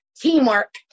teamwork